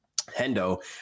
Hendo